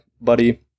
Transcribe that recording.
buddy